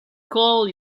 call